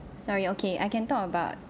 sorry okay I can talk about